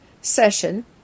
session